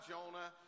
Jonah